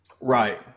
Right